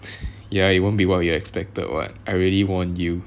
ya it won't be what you expected [what] I already warned you